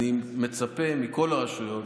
אני מצפה מכל הרשויות,